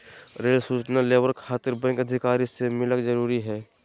Rail सूचना labour खातिर bank अधिकारी से मिलक जरूरी है?